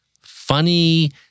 funny